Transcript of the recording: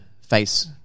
face